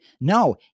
No